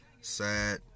sad